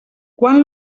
quan